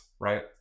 Right